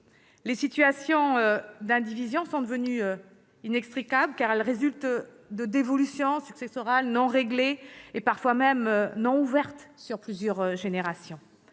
Les situations d'indivision sont devenues inextricables, car elles résultent de dévolutions successorales non réglées, parfois même non ouvertes, sur plusieurs générations.